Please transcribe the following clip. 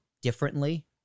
differently